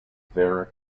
vera